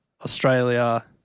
Australia